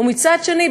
ומצד שני,